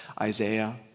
Isaiah